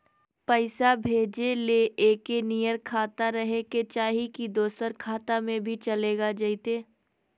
पैसा भेजे ले एके नियर खाता रहे के चाही की दोसर खाता में भी चलेगा जयते?